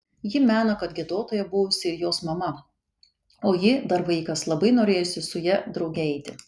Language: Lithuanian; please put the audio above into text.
ji mena kad giedotoja buvusi ir jos mama o ji dar vaikas labai norėjusi su ja drauge eiti